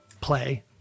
play